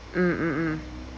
mm mm mm